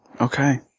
Okay